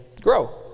grow